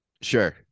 Sure